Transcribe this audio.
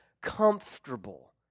comfortable